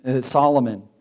Solomon